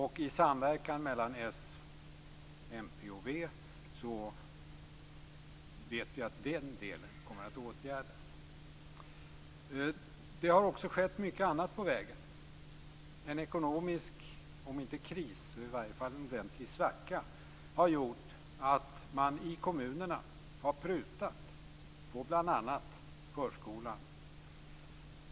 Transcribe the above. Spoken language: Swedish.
Vi vet att den delen kommer att åtgärdas i samverkan mellan s, mp och v. Det har också skett mycket annat på vägen. En ekonomisk om inte kris så i varje fall en ordentlig svacka har gjort att man i kommunerna har prutat på bl.a. förskolan.